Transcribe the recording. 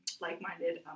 like-minded